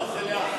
לא, זה לאחרי